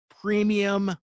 premium